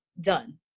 done